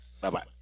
Bye-bye